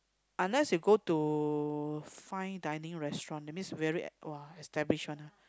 unless you go to fine dinning restaurant that means very !wah! establish one ah